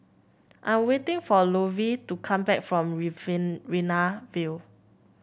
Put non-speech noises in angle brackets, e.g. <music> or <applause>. I'm waiting for Lovie to come back from <unintelligible> View